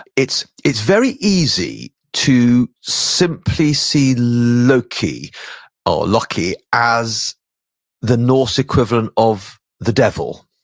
it's it's very easy to simply see loki or loki as the norse equivalent of the devil.